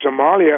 Somalia